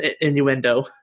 innuendo